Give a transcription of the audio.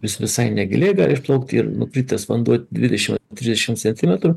jis visai negiliai išplaukti ir nukritęs vanduo dvidešimt trisdešimt centimetrų